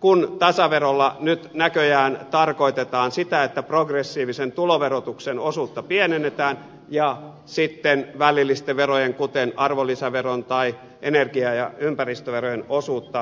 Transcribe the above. kun tasaverolla nyt näköjään tarkoitetaan sitä että progressiivisen tuloverotuksen osuutta pienennetään ja sitten välillisten verojen kuten arvonlisäveron tai energia ja ympäristöverojen osuutta lisätään